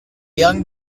young